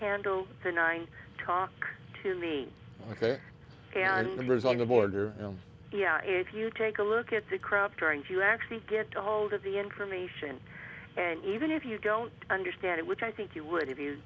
handle the nine talk to me was on the border you know if you take a look at the crop drawings you actually get a hold of the information and even if you don't understand it which i think you would if you